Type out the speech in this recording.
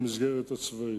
במסגרת הצבאית.